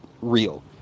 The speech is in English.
real